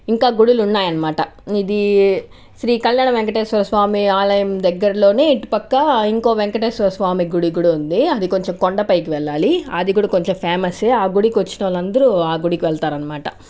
ఇంకా గుడులు ఉన్నాయి అన్నమాట ఇది శ్రీ కళ్యాణ వెంకటేశ్వర స్వామి ఆలయం దగ్గర్లోనే ఇటుపక్క ఇంకో వెంకటేశ్వర స్వామి గుడి కూడా ఉంది అది కొంచెం కొండ పైకి వెళ్ళాలి అది కూడా కొంచెం ఫేమస్ ఏ ఆ గుడికి వచ్చిన వాళ్లందరూ ఆ గుడికి వెళ్తారు అన్నమాట